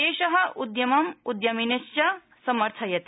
देश उद्यमं उद्यमिनश्च समर्थयति